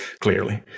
clearly